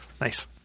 Nice